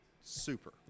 super